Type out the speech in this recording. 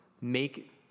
make